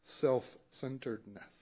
self-centeredness